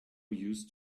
used